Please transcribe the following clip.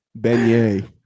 Beignet